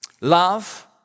love